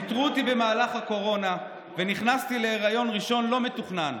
פיטרו אותי במהלך הקורונה ונכנסתי להיריון ראשון לא מתוכנן.